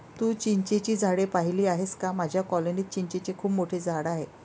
तू चिंचेची झाडे पाहिली आहेस का माझ्या कॉलनीत चिंचेचे खूप मोठे झाड आहे